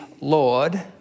Lord